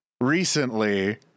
recently